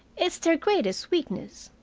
it's their greatest weakness.